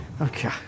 Okay